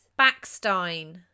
Backstein